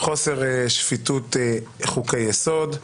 חוסר שפיטות חוקי יסוד.